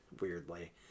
Weirdly